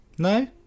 No